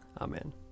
Amen